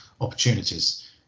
opportunities